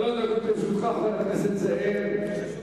שלוש דקות לרשותך, חבר הכנסת זאב.